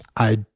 i